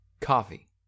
Coffee